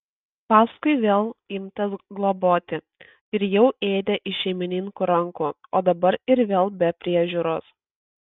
paskui vėl imtas globoti ir jau ėdė iš šeimininkų rankų o dabar ir vėl be priežiūros